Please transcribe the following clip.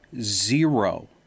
zero